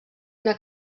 una